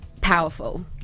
powerful